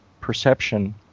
perception